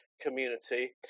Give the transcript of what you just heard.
community